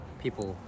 people